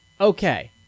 Okay